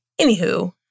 anywho